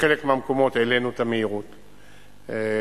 בחלק מהמקומות העלינו את המהירות ל-110,